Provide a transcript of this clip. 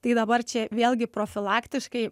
tai dabar čia vėlgi profilaktiškai